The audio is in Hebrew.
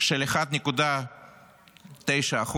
של 1.9%,